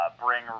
bring